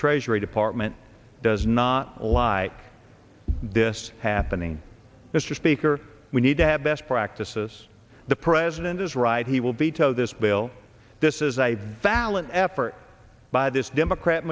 treasury department does not lie this happening mr speaker we need to have best practices the president is right he will be told this bill this is a balanced effort by this democrat